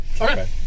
Okay